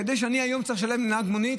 כדי שהיום אצטרך לשלם לנהג מונית,